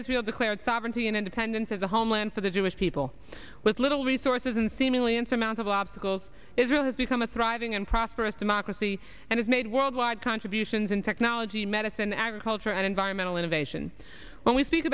israel declared sovereignty and independence as a homeland for the jewish people with little resources and seemingly insurmountable obstacles israel has become a thriving and prosperous democracy and has made worldwide contributions in technology medicine agriculture and environmental innovation when we speak